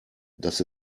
das